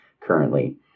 currently